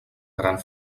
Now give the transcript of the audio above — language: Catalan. gran